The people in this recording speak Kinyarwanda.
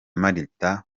marita